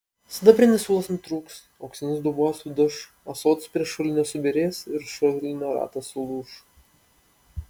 sidabrinis siūlas nutrūks auksinis dubuo suduš ąsotis prie šulinio subyrės ir šulinio ratas sulūš